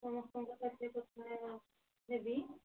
ସମସ୍ତଙ୍କ ସହ କଥା ହେବି